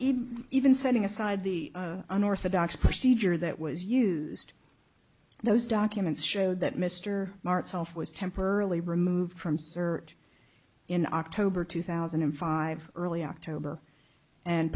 even even setting aside the unorthodox procedure that was used those documents showed that mr martz off was temporarily removed from sir in october two thousand and five early october and